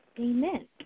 Amen